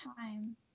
time